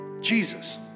Jesus